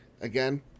Again